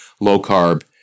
low-carb